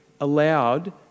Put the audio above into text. allowed